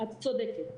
את צודקת.